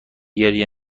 گریه